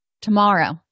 tomorrow